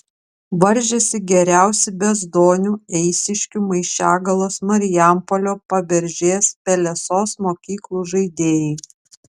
varžėsi geriausi bezdonių eišiškių maišiagalos marijampolio paberžės pelesos mokyklų žaidėjai